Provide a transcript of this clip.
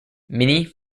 minnie